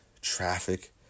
traffic